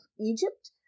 Egypt